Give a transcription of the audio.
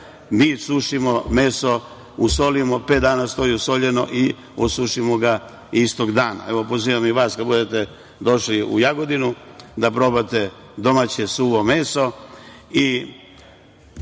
Mi sušimo meso, usolimo, pet dana stoji usoljeno i osušimo ga istog dana. Evo, pozivam i vas kad budete došli u Jagodinu da probate domaće suvo meso. Ono